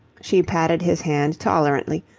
she patted his hand tolerantly,